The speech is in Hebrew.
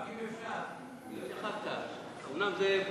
רק אם אפשר, לא התייחסת, אומנם זו טרמינולוגיה,